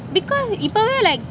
because இப்பவே:ippawe like